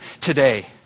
today